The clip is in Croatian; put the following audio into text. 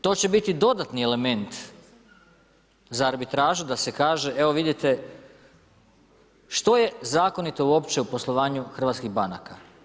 To će biti dodatni element za arbitražu da se kaže evo vidite, što je zakonito uopće u poslovanju hrvatskih banaka?